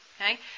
okay